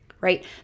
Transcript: right